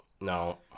No